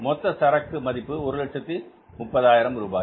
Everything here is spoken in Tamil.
மொத்த சரக்கு மதிப்பு 130000 ரூபாய்